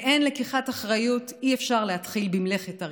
באין לקיחת אחריות אי-אפשר להתחיל במלאכת הריפוי.